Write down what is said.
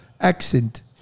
accent